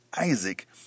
Isaac